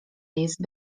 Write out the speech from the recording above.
jest